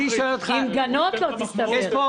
עם גנות לא תסתבך.